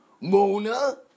Mona